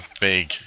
big